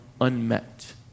unmet